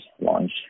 launch